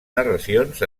narracions